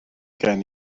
gen